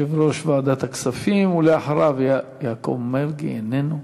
יושב-ראש ועדת הכספים, ואחריו, יעקב מרגי, איננו.